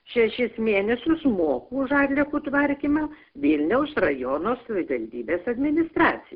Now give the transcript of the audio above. šešis mėnesius moku už atliekų tvarkymą vilniaus rajono savivaldybės administracijai